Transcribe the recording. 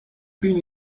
been